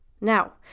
Now